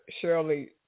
Shirley